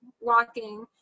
walking